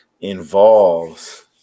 involves